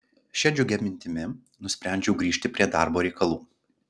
šia džiugia mintimi nusprendžiau grįžti prie darbo reikalų